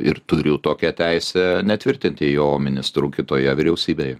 ir turiu tokią teisę netvirtinti jo ministru kitoje vyriausybėje